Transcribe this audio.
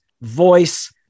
voice